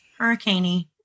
hurricaney